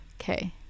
Okay